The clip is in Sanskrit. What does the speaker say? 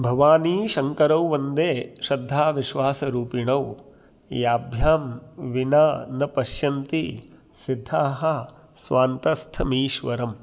भवानीशङ्करौ वन्दे श्रद्धाविश्वासरूपिणौ याभ्यां विना न पश्यन्ति सिद्धाः स्वान्तस्थम् ईश्वरम्